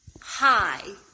Hi